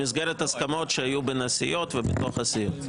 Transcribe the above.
במסגרת הסכמות שיהיו בין הסיעות ובתוך הסיעות.